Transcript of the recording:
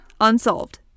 unsolved